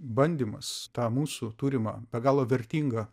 bandymas tą mūsų turimą be galo vertingą